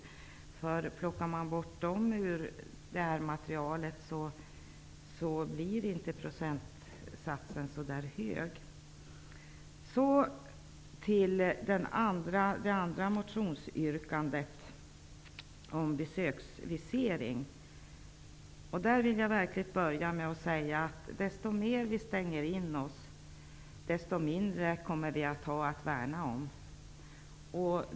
Om de plockas bort ur det här materialet blir procentsatsen inte så hög. Vårt andra motionsyrkande gäller besöksvisering. Jag vill verkligen börja med att säga, att ju mer vi stänger in oss i det här landet, desto mindre kommer vi att ha att värna om.